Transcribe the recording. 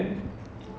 so